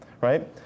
right